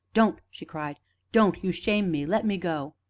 don't! she cried don't you shame me let me go.